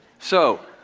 so